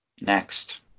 next